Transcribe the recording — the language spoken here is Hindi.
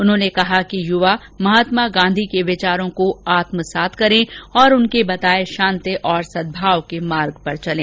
उन्होंने कहा कि युवा महात्मा गांधी के विचारों को आत्मसात करें और उनके बताए शांति और सद्भाव के मार्ग पर चलें